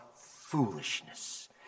foolishness